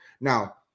Now